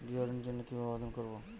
গৃহ ঋণ জন্য কি ভাবে আবেদন করব?